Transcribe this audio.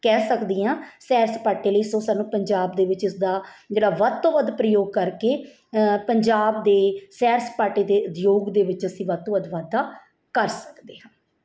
ਕਹਿ ਸਕਦੀ ਹਾਂ ਸੈਰ ਸਪਾਟੇ ਲਈ ਸੋ ਸਾਨੂੰ ਪੰਜਾਬ ਦੇ ਵਿੱਚ ਇਸਦਾ ਜਿਹੜਾ ਵੱਧ ਤੋਂ ਵੱਧ ਪ੍ਰਯੋਗ ਕਰਕੇ ਪੰਜਾਬ ਦੇ ਸੈਰ ਸਪਾਟੇ ਦੇ ਉਦਯੋਗ ਦੇ ਵਿੱਚ ਅਸੀਂ ਵੱਧ ਤੋਂ ਵੱਧ ਵਾਧਾ ਕਰ ਸਕਦੇ ਹਾਂ